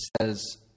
says